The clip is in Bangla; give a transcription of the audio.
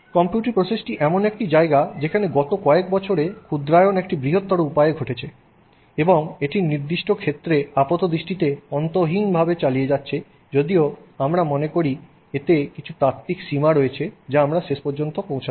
কম্পিউটিং প্রসেসটি এমন একটি জায়গা যেখানে গত কয়েক বছরে ক্ষুদ্রায়ন একটি বৃহত্তর উপায়ে ঘটেছে এবং এটি নির্দিষ্ট ক্ষেত্রে আপাতদৃষ্টিতে অন্তহীনভাবে চালিয়ে যাচ্ছে যদিও আমরা মনে করি এতে কিছু তাত্ত্বিক সীমা রয়েছে যা আমরা শেষ পর্যন্ত পৌঁছাতে পারি